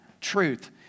truth